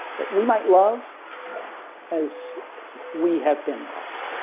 that we might love as we have been locked.